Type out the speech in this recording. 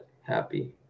happy